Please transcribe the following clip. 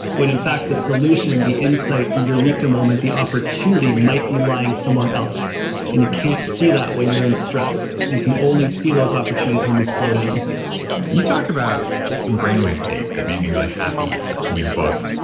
when in fact, the solution, the insight, the eureka moment, the opportunity might be lying somewhere else and you can't see that when you're in stress. we can only see those opportunities when we slow down you talked about some brainwave states that made me really happy in your book.